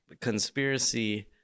conspiracy